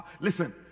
Listen